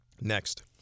Next